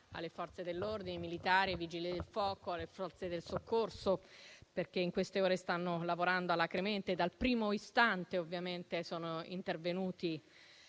alle Forze dell'ordine, ai militari, ai Vigili del fuoco, alle forze di soccorso, perché in queste ore stanno lavorando alacremente. Dal primo istante sono intervenuti